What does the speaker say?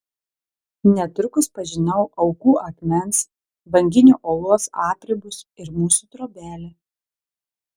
netrukus pažinau aukų akmens banginio uolos apribus ir mūsų trobelę